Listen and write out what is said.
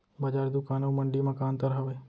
बजार, दुकान अऊ मंडी मा का अंतर हावे?